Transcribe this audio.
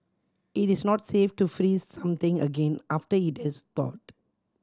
it is not safe to freeze something again after it has thawed